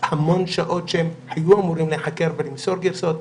המון שעות שהם היו אמורים להיחקר ולמסור גרסאות,